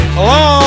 Hello